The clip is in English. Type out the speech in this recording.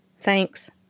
Thanks